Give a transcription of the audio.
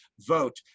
vote